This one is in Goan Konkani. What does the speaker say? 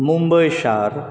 मुंबय शार